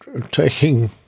taking